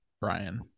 Brian